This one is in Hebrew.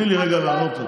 תני לי רגע לענות לך.